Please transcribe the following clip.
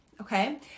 Okay